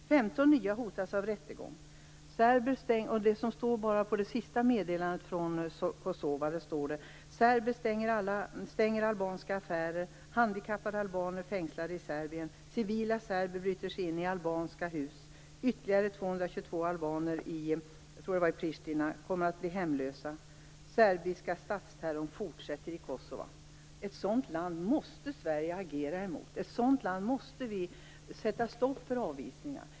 15 nya hotas av rättegång. I det senaste meddelandet från Kosova står det: Serber stänger albanska affärer. Handikappade albaner fängslade i Ytterligare 222 albaner - jag tror det var i Pristina - kommer att bli hemlösa. Den serbiska statsterrorn fortsätter i Kosova. Ett sådant land måste Sverige agera emot. Till ett sådant land måste vi sätta stopp för avvisningar.